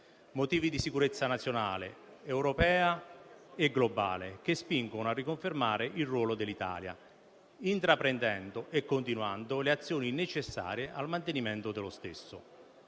motivi di sicurezza nazionale, europea e globale, che spingono a riconfermare il ruolo dell'Italia, intraprendendo e continuando le azioni necessarie al mantenimento dello stesso.